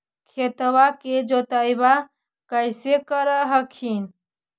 खेतबा के जोतय्बा कैसे कर हखिन?